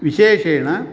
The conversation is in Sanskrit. विशेषेण